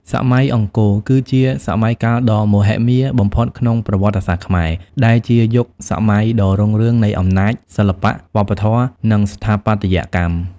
សម័យអង្គរគឺជាសម័យកាលដ៏មហិមាបំផុតក្នុងប្រវត្តិសាស្ត្រខ្មែរ ដែលជាយុគសម័យដ៏រុងរឿងនៃអំណាច សិល្បៈ វប្បធម៌ និងស្ថាបត្យកម្ម។